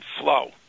flow